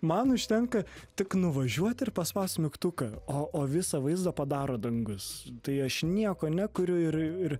man užtenka tik nuvažiuoti ir paspausti mygtuką o o visą vaizdą padaro dangus tai aš nieko nekuriu ir ir